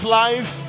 life